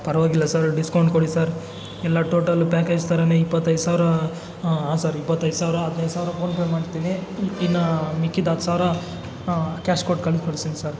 ಪರವಾಗಿಲ್ಲ sir discount ಕೊಡಿ sir ಎಲ್ಲ ಟೋಟಲ್ಲು ಪ್ಯಾಕೇಜ್ ಥರನೇ ಇಪ್ಪತ್ತೈದು ಸಾವಿರ ಹಾಂ ಹಾಂ ಸರ್ ಇಪ್ಪತ್ತೈದು ಸಾವಿರ ಹದಿನೈದು ಸಾವಿರ ಫೋನ್ ಪೇ ಮಾಡ್ತೀನಿ ಇನ್ನೂ ಮಿಕ್ಕಿದ ಹತ್ತುಸಾವ್ರ ಕ್ಯಾಶ್ ಕೊಟ್ಟು ಕಳಿಸ್ಕೊಡ್ತೀನಿ ಸರ್